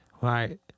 right